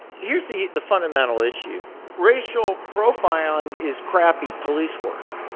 here's the the fundamental issue racial profiling is crappy police work.